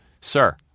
Sir